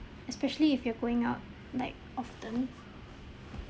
especially if you're going out like often